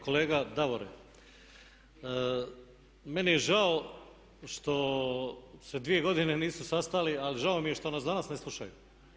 Kolega Davore meni je žao što se dvije godine nisu sastali ali žao mi je što nas i danas ne slušaju.